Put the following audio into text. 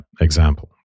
example